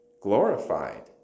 glorified